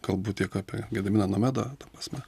kalbu tiek apie gediminą nomedą ta prasme